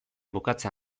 bukatzea